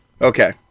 Okay